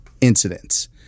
incidents